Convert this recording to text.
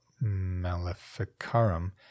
Maleficarum